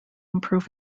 improve